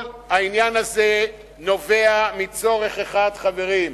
כל העניין הזה נובע מצורך אחד, חברים,